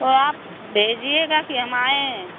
तो आप भेजिएगा कि हम आएँ